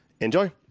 Enjoy